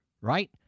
right